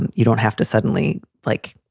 and you don't have to suddenly, like,